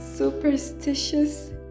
superstitious